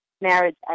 marriage